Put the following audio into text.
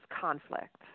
conflict